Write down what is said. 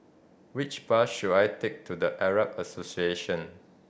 which bus should I take to The Arab Association